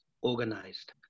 organized